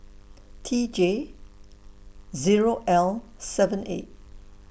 T J Zero L seven A